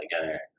together